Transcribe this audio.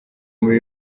muri